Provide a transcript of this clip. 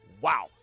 wow